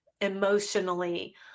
emotionally